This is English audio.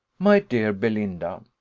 my dear belinda,